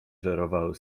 żerowały